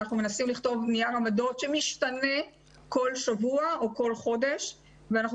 אנחנו מנסים לכתוב נייר עמדות שמשתנה כל שבוע או כל חודש ואנחנו